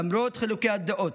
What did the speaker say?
למרות חילוקי הדעות,